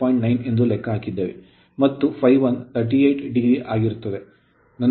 9 ಎಂದು ಲೆಕ್ಕ ಹಾಕಿದ್ದೇವೆ ಮತ್ತು ∅ 1 38o ಆಗಿರುತ್ತದೆ